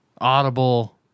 Audible